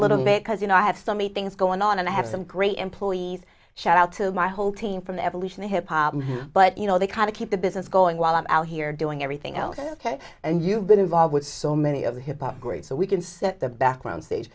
little bit because you know i have so many things going on and i have some great employees shout out to my whole team from evolution to hip hop but you know they kind of keep the business going while i'm out here doing everything else ok and you've been involved with so many of the hip hop group so we can see the background stage